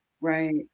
Right